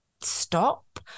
stop